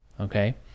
Okay